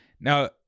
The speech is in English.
Now